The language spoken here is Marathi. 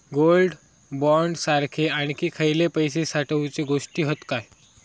गोल्ड बॉण्ड सारखे आणखी खयले पैशे साठवूचे गोष्टी हत काय?